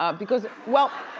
ah because, well